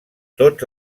tots